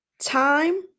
Time